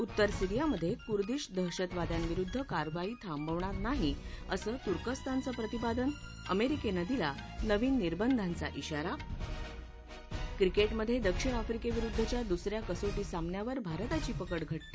उत्तर सीरियामधे कुर्दिश दहशतवाद्यांविरुद्ध कारवाई थांबवणार नाही असं तुर्कस्तानचं प्रतिपादन अमेरिकेनं दिला नवीन निर्बंधांचा क्रिकेटमधे दक्षिण आफ्रीकेविरुद्धच्या दुस या कसोटी सामन्यावर भारताची पकड घट्ट